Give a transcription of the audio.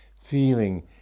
feeling